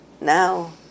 Now